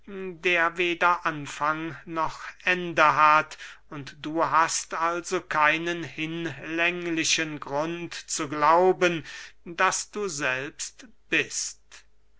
der weder anfang noch ende hat und du hast also keinen hinlänglichen grund zu glauben daß du selbst bist